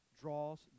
draws